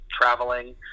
traveling